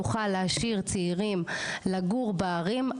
נוכל להשאיר צעירים לגור בערים.